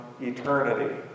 eternity